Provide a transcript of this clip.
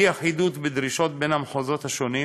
אי-אחידות בדרישות בין המחוזות השונים,